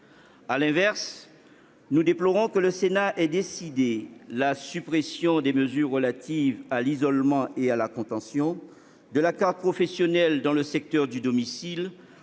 À l'inverse, nous déplorons que le Sénat ait décidé la suppression des mesures relatives à l'isolement et à la contention, de la carte professionnelle dans le secteur du domicile,